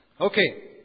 Okay